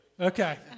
Okay